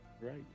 Right